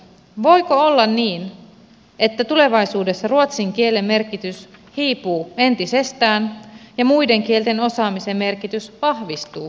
voiko olla niin että tulevaisuudessa ruotsin kielen merkitys hiipuu entisestään ja muiden kielten osaamisen merkitys vahvistuu entisestään